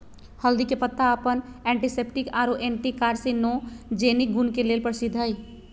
हल्दी के पत्ता अपन एंटीसेप्टिक आरो एंटी कार्सिनोजेनिक गुण के लेल प्रसिद्ध हई